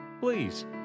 please